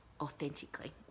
Authentically